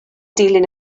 dilyn